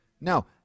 No